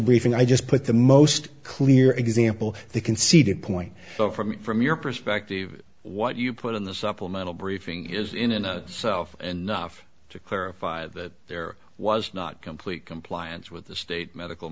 briefing i just put the most clear example they conceded point from from your perspective what you put in the supplemental briefing is in a self and nuff to clarify that there was not complete compliance with the state medical